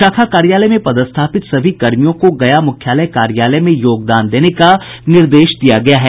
शाखा कार्यालय में पदस्थापित सभी कर्मियों को गया मुख्यालय कार्यालय में योगदान देने का निर्देश दिया गया है